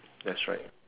that's right